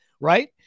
right